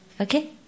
Okay